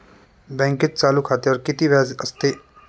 बँकेत चालू खात्यावर किती व्याज असते?